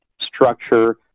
structure